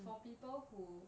for people who